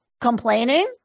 complaining